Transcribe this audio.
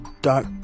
dark